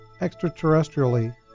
extraterrestrially